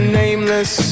nameless